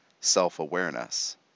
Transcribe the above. self-awareness